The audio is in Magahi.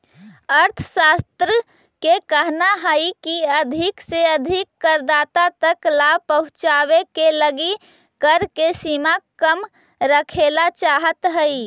अर्थशास्त्रि के कहना हई की अधिक से अधिक करदाता तक लाभ पहुंचावे के लगी कर के सीमा कम रखेला चाहत हई